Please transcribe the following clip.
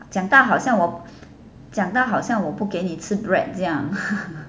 讲到好像我讲到好像我不给你吃 bread 这样